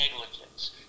negligence